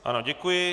Ano, děkuji.